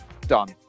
Done